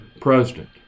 president